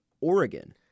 Oregon